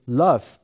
love